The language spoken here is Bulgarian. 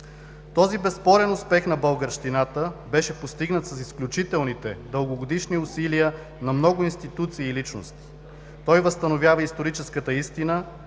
Този безспорен успех на българщината беше постигнат с изключителните дългогодишни усилия на много институции и личности. Той възстановява историческата истина,